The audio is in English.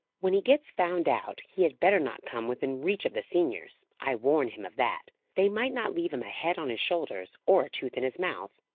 when he gets found out, he had better not come within reach of the seniors i warn him of that they might not leave him a head on his shoulders, or a tooth in his mouth.